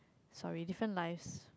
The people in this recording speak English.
sorry different lives